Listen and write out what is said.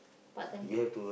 part-time job